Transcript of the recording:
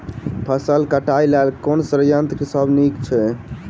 फसल कटाई लेल केँ संयंत्र सब नीक छै?